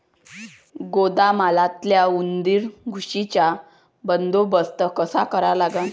गोदामातल्या उंदीर, घुशीचा बंदोबस्त कसा करा लागन?